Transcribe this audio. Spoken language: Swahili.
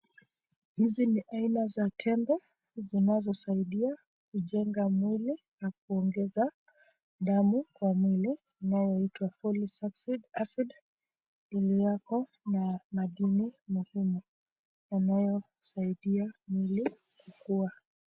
Hizi ni aina za tembe zinazo saidia kujenga mwili na kuongeza damu kwa mwili inayoitwa Folic acid iliyoko na madini muhimu yanayosaidia mwili kukua.